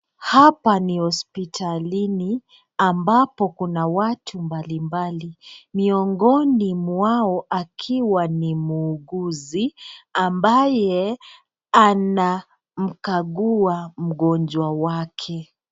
Hapa ni hospitalini. Ambapo kuna watu mbalimbali. Miongoni mwao akiwa ni muuguzi, ambaye anamkagua mgonjwa wake